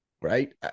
Right